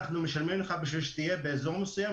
משלמים לך בשביל שתהיה באזור מסוים.